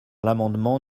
l’amendement